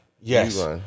Yes